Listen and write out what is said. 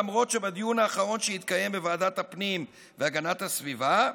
למרות שבדיון האחרון שהתקיים בוועדת הפנים והגנת הסביבה,